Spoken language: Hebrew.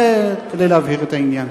זה כדי להבהיר את העניין.